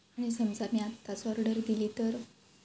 आणि समजा मी आत्ताच ऑर्डर दिली तर